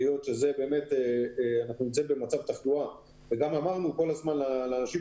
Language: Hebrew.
היות שאנחנו נמצאים במצב תחלואה, וגם אמרנו לכולם